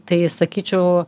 tai sakyčiau